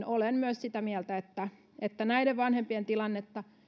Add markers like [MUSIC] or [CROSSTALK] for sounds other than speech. [UNINTELLIGIBLE] olen myös sitä mieltä että että näiden vanhempien tilannetta